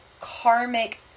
karmic